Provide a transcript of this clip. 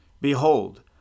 Behold